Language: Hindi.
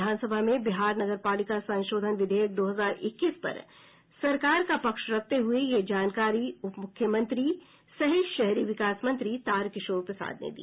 विधानसभा में बिहार नगरपालिका संशोधन विधेयक दो हजार इक्कीस पर सरकार का पक्ष रखते हुए यह जानकारी उपमुख्यमंत्री सह शहरी विकास मंत्री तारकिशोर प्रसाद ने दी